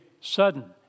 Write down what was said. sudden